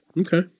Okay